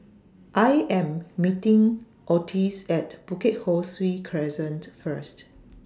I Am meeting Otis At Bukit Ho Swee Crescent First